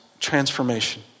transformation